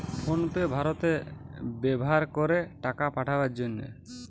phone pay ভারতে ব্যাভার করে টাকা পাঠাবার জন্যে